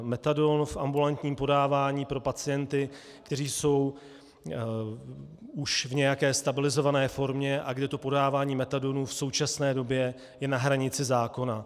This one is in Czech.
Metadon v ambulantním podávání pro pacienty, kteří jsou už v nějaké stabilizované formě a kde podávání metadonu v současné době je na hranici zákona.